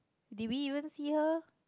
did we even see her